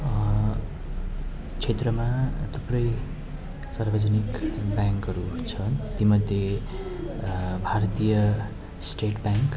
क्षेत्रमा थुप्रै सार्वजनिक ब्याङ्कहरू छन् तीमध्ये भारतीय स्टेट ब्याङ्क